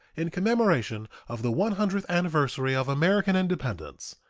in commemoration of the one hundredth anniversary of american independence,